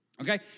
okay